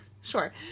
Sure